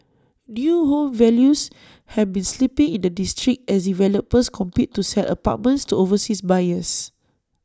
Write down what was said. new home values have been slipping in the district as developers compete to sell apartments to overseas buyers